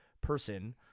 person